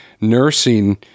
nursing